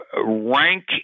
rank